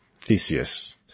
Theseus